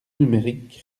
numérique